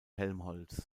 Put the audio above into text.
helmholtz